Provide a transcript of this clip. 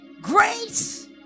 grace